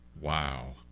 Wow